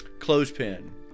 clothespin